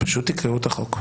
פשוט תקראו את החוק.